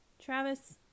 Travis